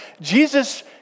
Jesus